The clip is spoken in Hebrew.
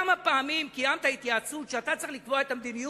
כמה פעמים קיימת התייעצות שבה אתה צריך לקבוע את המדיניות